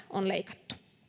on leikattu